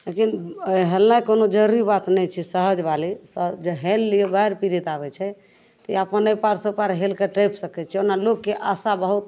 लेकिन हेलनाइ कोनो जरूरी बात नहि छै सहजबाली तऽ जऽ हेल लियौ बाढ़ि पीड़ित आबै छै तऽ अपन एहिपारसे ओहिपार हेलके टैपि सकै छै ओना लोगके आशा बहुत